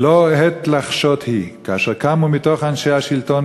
"לא עת לחשות היא כאשר קמו מתוך אנשי השלטון